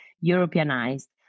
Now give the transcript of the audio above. Europeanized